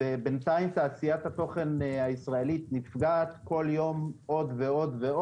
ובינתיים תעשיית התוכן הישראלית נפגעת כל יום עוד ועוד.